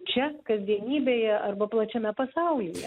čia kasdienybėje arba plačiame pasaulyje